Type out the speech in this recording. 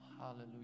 Hallelujah